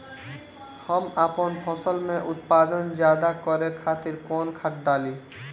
हम आपन फसल में उत्पादन ज्यदा करे खातिर कौन खाद डाली?